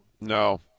No